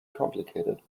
complicated